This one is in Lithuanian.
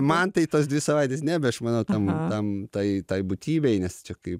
man tai tos dvi savaitės ne bet aš manau tam tam tai tai būtybei nes čia kaip